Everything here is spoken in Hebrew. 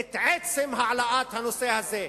את עצם העלאת הנושא הזה.